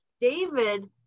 David